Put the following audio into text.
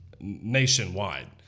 nationwide